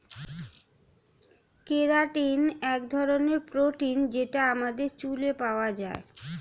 keratin এক ধরনের protein যেটা আমাদের চুলে পাওয়া যায়